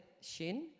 shin